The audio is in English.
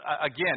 again